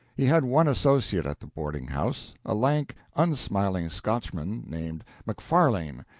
he had one associate at the boarding-house, a lank, unsmiling scotchman named macfarlane,